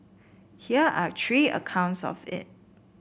here are three accounts of it